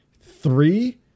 three